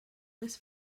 this